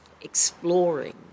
exploring